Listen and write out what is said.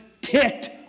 ticked